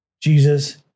Jesus